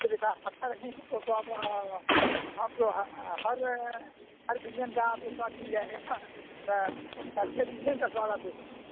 जब एकाध हफ्ता रहेंगे तब तो आप आप तो हर हर व्यंजन का आपको स्वाद मिल जाएगा अच्छे व्यंजन का स्वाद आप ले सकते हैं